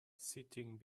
sitting